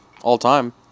All-time